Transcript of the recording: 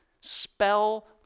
spell